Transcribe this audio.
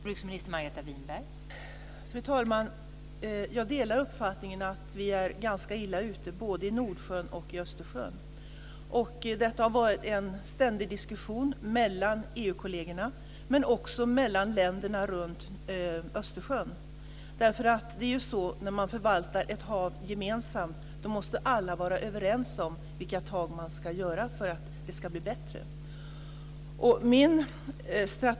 Fru talman! Jag delar uppfattningen att vi är ganska illa ute vad gäller både Nordsjön och Östersjön. Om detta förs en ständig diskussion mellan EU kollegerna men också mellan länderna runt Östersjön. När man förvaltar ett hav gemensamt måste alla vara överens om tagen för att det ska bli bättre.